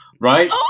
right